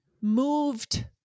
moved